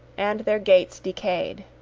and their gates decayed.